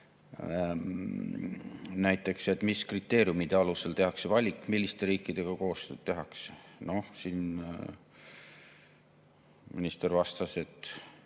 näiteks, mis kriteeriumide alusel tehakse valik, milliste riikidega koostööd tehakse. Minister vastas, et